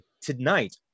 tonight